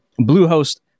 Bluehost